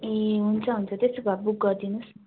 ए हुन्छ हुन्छ त्यसो भए बुक गरिदिनुहोस् न